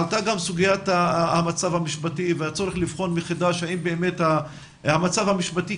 עלתה גם סוגיית המצב המשפטי והצורך לבחון מחדש האם באמת המצב המשפטי